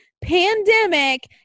pandemic